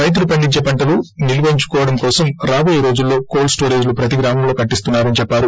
రైతులు పండించే పంటలు నిల్వ ఉంచుకోవడం కోసం రాబోయే రోజుల్లో కోల్డ్ స్టోరేజ్ లు ప్రతి గ్రామంలో కట్టిస్తున్నారని చెప్పారు